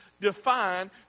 define